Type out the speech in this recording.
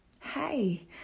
Hey